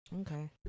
Okay